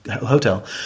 hotel